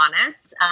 honest